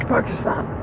Pakistan